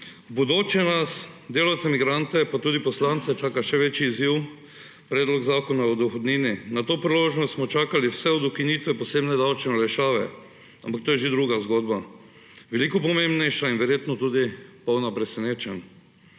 V bodoče nas delavce migrante pa tudi poslance čaka še večji izziv – predlog zakona o dohodnini. Na to priložnost smo čakali vse od ukinitve posebne davčne olajšave, ampak to je že druga zgodba, veliko pomembnejša in verjetno tudi polna presenečenj.